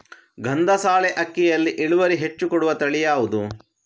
ಗಂಧಸಾಲೆ ಅಕ್ಕಿಯಲ್ಲಿ ಇಳುವರಿ ಹೆಚ್ಚು ಕೊಡುವ ತಳಿ ಯಾವುದು?